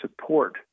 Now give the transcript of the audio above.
support